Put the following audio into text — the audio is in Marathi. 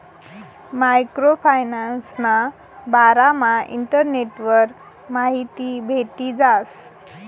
मायक्रो फायनान्सना बारामा इंटरनेटवर माहिती भेटी जास